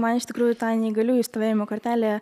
man iš tikrųjų ta neįgaliųjų stovėjimo kortelė